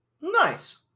Nice